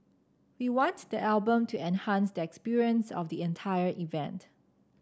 we want the album to enhance the experience of the entire event